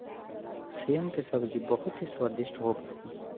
सेम के सब्जी बहुत ही स्वादिष्ट होबा हई